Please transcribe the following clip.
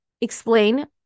Explain